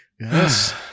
Yes